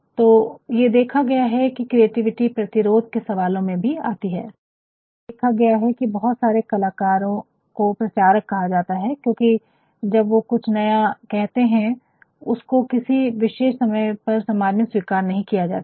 तो ये देखा गया है कि क्रिएटिविटी प्रतिरोध के सवालो में भी आती है और कई बार ऐसा देखा गया है कि बहुत सारे कलाकार को प्रचारक कहा जाता है क्योंकि जब वो कुछ नया कहते है उसको किसी विशेष समय पर समाज में स्वीकार नहीं किया जाता है